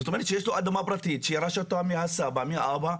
זאת אומרת שיש לו אדמה פרטית שירש אותה מהסבא והאבא,